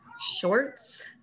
shorts